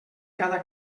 cada